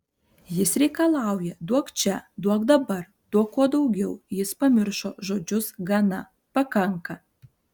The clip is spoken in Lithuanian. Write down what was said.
jis reikalauja duok čia duok dabar duok kuo daugiau jis pamiršo žodžius gana pakanka